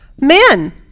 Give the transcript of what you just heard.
men